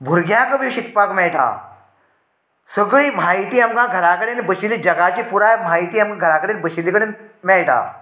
भुरग्यांकय शिकपाक मेळटा सगळीं म्हायती आमकां घरा कडेन बशिल्ले जगाचे पुराय म्हायती आमकां घरा बशिल्ले कडेन मेळटा